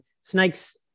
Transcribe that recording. snakes